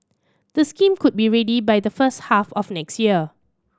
the scheme could be ready by the first half of next year